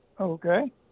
Okay